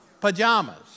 pajamas